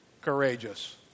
courageous